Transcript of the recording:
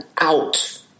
out